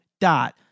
dot